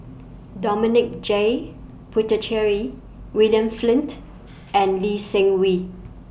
Dominic J Putecheary William Flint and Lee Seng Wee